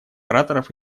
ораторов